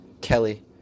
Kelly